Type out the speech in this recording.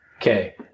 Okay